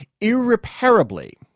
irreparably